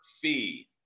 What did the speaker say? fee